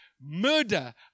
murder